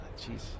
jeez